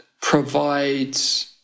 provides